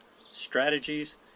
strategies